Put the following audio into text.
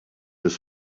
his